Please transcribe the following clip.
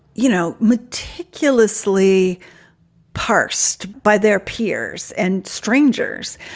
you know, meticulously passed by their peers and strangers.